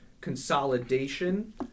consolidation